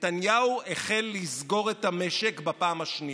נתניהו החל לסגור את המשק בפעם השנייה.